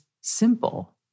simple